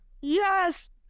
Yes